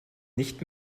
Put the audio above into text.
nicht